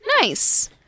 nice